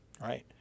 right